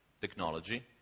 Technology